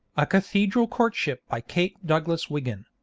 a cathedral courtship, by kate douglas wiggin